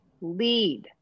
lead